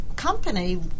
company